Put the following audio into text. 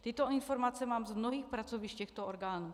Tyto informace mám z mnohých pracovišť těchto orgánů.